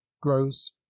gross